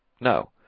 no